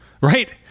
right